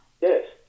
Yes